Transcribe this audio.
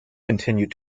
continued